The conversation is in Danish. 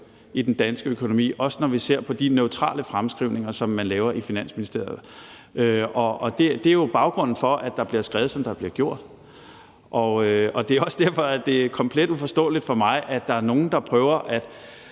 i den danske økonomi, også når vi ser på de neutrale fremskrivninger, som man laver i Finansministeriet. Og det er jo baggrunden for, at der bliver skrevet, som der bliver gjort. Og det er også derfor, at det er komplet uforståeligt for mig, at der er nogle, der prøver at